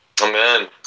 Amen